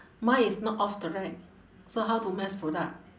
mine is not off the rack so how to mass product